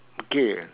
okay